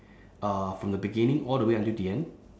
uh from the beginning all the way until the end